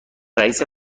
رئیس